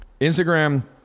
Instagram